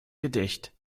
gedicht